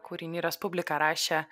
kūriny respublika rašė